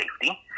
safety